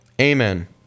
Amen